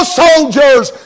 soldiers